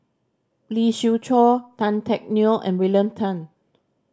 Lee Siew Choh Tan Teck Neo and William Tan